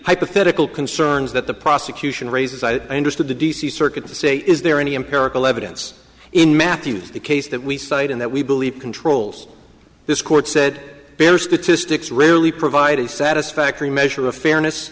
hypothetical concerns that the prosecution raises i understood the d c circuit to say is there any empirical evidence in mathews the case that we cited and that we believe controls this court said better statistics rarely provide a satisfactory measure of fairness